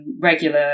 regular